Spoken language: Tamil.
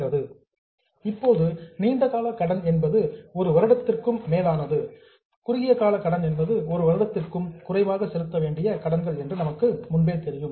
இப்போது லாங்க் டெர்ம் பாரோயிங்ஸ் நீண்ட கால கடன் என்பது 1 வருடத்திற்கும் மேலானது சார்ட் டெர்ம் பாரோயிங்ஸ் குறுகிய கால கடன்கள் என்பது 1 வருடத்திற்கும் குறைவாக செலுத்தவேண்டிய கடன்கள் என்று நமக்கு முன்பே தெரியும்